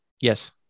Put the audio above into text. Yes